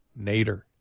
Nader